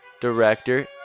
director